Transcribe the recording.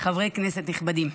חברי כנסת נכבדים,